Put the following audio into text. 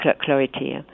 clarity